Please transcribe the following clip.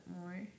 more